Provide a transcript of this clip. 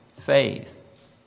faith